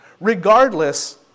regardless